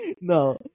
No